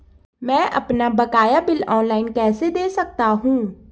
मैं अपना बकाया बिल ऑनलाइन कैसे दें सकता हूँ?